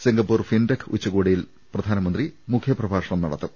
Singapore fintech ഉച്ചകോടിയിൽ പ്രധാനമന്ത്രി മുഖ്യപ്രഭാഷണം നടത്തും